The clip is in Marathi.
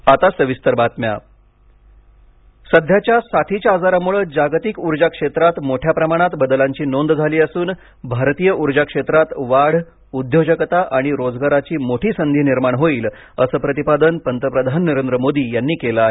पंतप्रधान सध्याच्या साथीच्या आजारामुळे जागतिक ऊर्जा क्षेत्रात मोठ्या प्रमाणात बदलांची नोंद झाली असून भारतीय उर्जा क्षेत्रात वाढ उद्योजकता आणि रोजगाराची मोठी संधी निर्माण होईल असं प्रतिपादन पंतप्रधान नरेंद्र मोदी यांनी केलं आहे